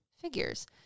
figures